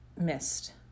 missed